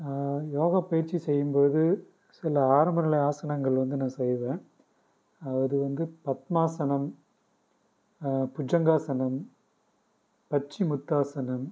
யோகா பயிற்சி செய்யும் போது சில ஆரம்ப நிலை ஆசனங்கள் வந்து நான் செய்வேன் அது வந்து பத்மாசனம் புஜங்காசனம் பச்சிமுத்தாசனம்